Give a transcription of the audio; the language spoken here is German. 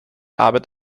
arbeit